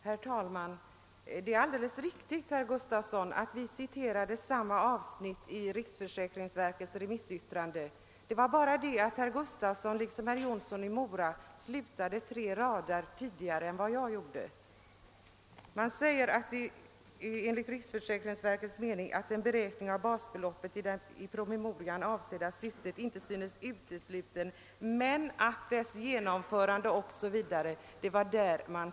Herr talman! Ja, herr Gustavsson i Alvesta, det är riktigt att vi citerade samma avsnitt ur riksförsäkringsverkets remissyttrande, men herr Gustavsson och herr Jonsson i Mora slutade citatet tre rader tidigare än vad jag gjorde. Riksförsäkringsverket skriver att »en beräkning av basbeloppsavdrag i det i promemorian avsedda syftet inte synes utesluten men att dess genomförande ———». Där slutade herrarna att citera.